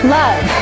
love